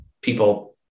people